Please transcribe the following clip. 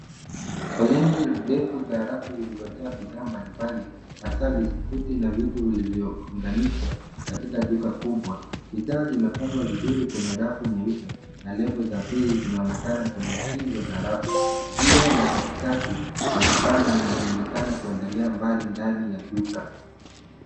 Foleni ndefu za rafu zilizojaa bidhaa mbalimbali hasa biskuti na vitu vilivyofunganishwa katika duka kubwa. Bidhaa zimepangwa vizuri kwenye rafu nyeupe na lebo za bei zinaonekana kwenye kingo za rafu. Njia ya katikati ni pana na inaonekana kuendela mbali ndani ya duka.